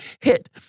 hit